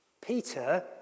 Peter